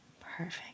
perfect